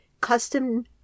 custom